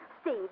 Steve